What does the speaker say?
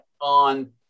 on